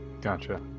Gotcha